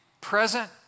present